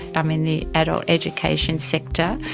i'm in the adult education sector.